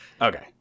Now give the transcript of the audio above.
Okay